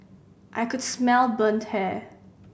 I could smell burnt hair